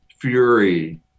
fury